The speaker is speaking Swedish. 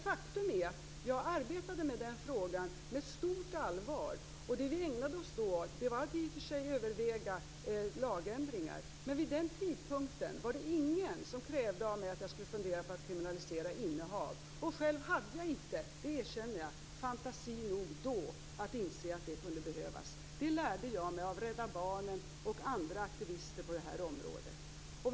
Faktum är att jag arbetade med den frågan med stort allvar. Det vi ägnade oss åt då var i och för sig att överväga lagändringar. Men vid den tidpunkten var det ingen som krävde av mig att jag skulle fundera på att kriminalisera innehav. Själv hade jag inte - det erkänner jag - fantasi nog att då inse att det kunde behövas. Det lärde jag mig av Rädda Barnen och andra aktivister på det här området.